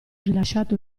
rilasciato